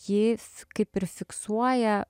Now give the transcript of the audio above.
ji kaip ir fiksuoja